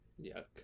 Yuck